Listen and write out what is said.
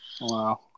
Wow